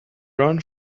run